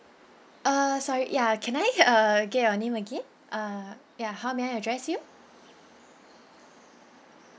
uh sorry ya can I uh get your name again uh ya how may I address you